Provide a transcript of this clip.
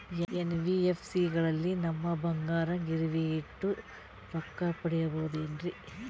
NBFC ಗಳಲ್ಲಿ ನಮ್ಮ ಬಂಗಾರನ ಗಿರಿವಿ ಇಟ್ಟು ರೊಕ್ಕ ಪಡೆಯಬಹುದೇನ್ರಿ?